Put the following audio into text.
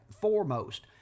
foremost